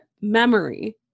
memory